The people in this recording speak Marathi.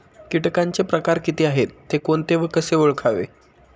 किटकांचे प्रकार किती आहेत, ते कोणते व कसे ओळखावे?